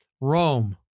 Rome